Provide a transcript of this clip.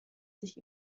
sich